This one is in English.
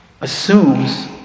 assumes